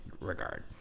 regard